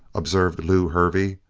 observed lew hervey.